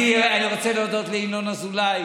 אני רוצה להודות לינון אזולאי,